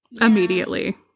Immediately